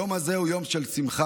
היום הזה הוא יום של שמחה